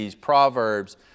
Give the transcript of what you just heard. Proverbs